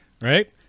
Right